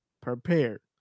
prepared